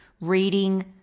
reading